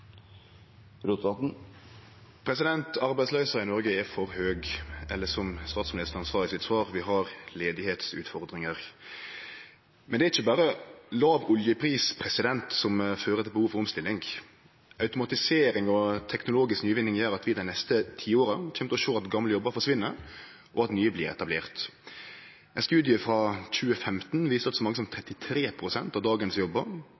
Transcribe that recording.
for høg, eller som statsministeren sa i sitt svar: «Ja, vi har ledighetsutfordringer.» Men det er ikkje berre låg oljepris som fører til behov for omstilling. Automatisering og teknologisk nyvinning gjer at vi i dei neste tiåra kjem til å sjå at gamle jobbar forsvinn, og at nye blir etablerte. Ein studie frå 2015 viser at så mange som 33 pst. av dagens jobbar